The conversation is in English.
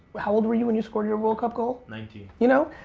how old were you when you scored your world cup goal? nineteen. you know,